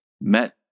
met